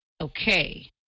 Okay